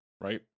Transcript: right